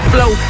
Flow